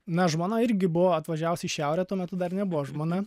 na žmona irgi buvo atvažiavus į šiaurę tuo metu dar nebuvo žmona